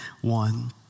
one